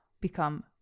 become